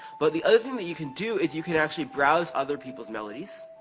but, the other thing that you can do is you can actually browse other peoples' melodies.